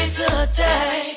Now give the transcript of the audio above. today